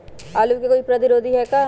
आलू के कोई प्रतिरोधी है का?